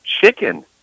chicken